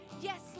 Yes